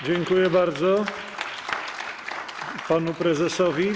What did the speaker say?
Dziękuję bardzo panu prezesowi.